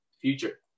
future